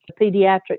pediatric